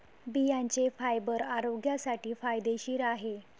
बियांचे फायबर आरोग्यासाठी फायदेशीर आहे